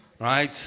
right